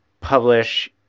publish